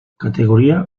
categoría